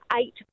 Eight